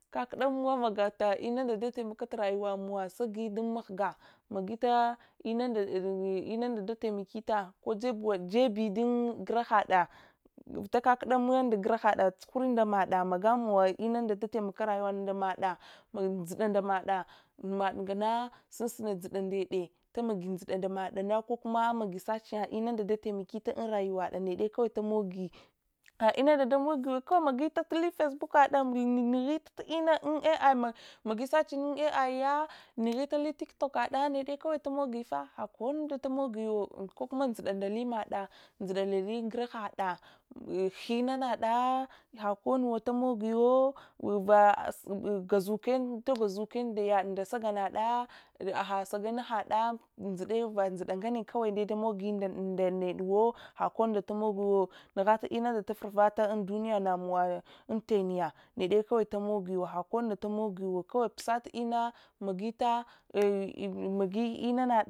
Kakudamowa magata inunda dai dataimok turayuwamow segi dun mohga magita inunda inunda dataimakita kojebi dun guraghaɗa vitakakda mowa nda guraghade tsuhure nda mada magamowa inunda da taimok rayuwada ndamaɗa njide ndamada madnana sunsuni njida ndede ta magi njida ndamada kokuma ankgi searching munde datai imakita unrayuwada nede kawai lumogi had inunda dai tumogi kawai magi tali facebook kade nughit inna un ai magi searching un ai yah nughili tiktokad nede kawal tumogifah hakanunda tumogiwa kakuma njida ndali mada njida ndali guraguada hinanada hakannawa tamogiwo vagasu tuvasuk yad nda sagan gada ahad sayanhada njidayin van djide nganne hawardai tamogi kawai nda nedewo hadkonnu tamogiwo nughaka inunde tufarvata unduniye namowa untenla ga nede kawai tamogiwa hadkonnu tamogiwa kawai pusat inna mayil magi inanad.